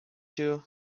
you